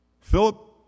Philip